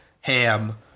ham